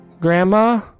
Grandma